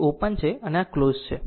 તે ઓપન છે અને આ ક્લોઝ છે